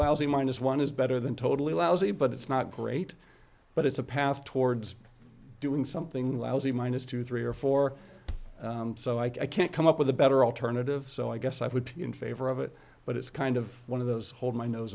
lousy minus one is better than totally lousy but it's not great but it's a path towards doing something lousy minus two three or four so i can't come up with a better alternative so i guess i would be in favor of it but it's kind of one of those hold my nose